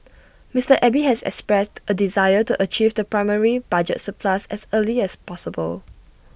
Mister Abe has expressed A desire to achieve the primary budget surplus as early as possible